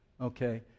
Okay